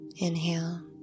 Inhale